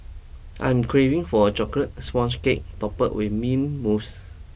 I'm craving for a chocolate sponge cake topped with mint mousse